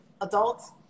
adults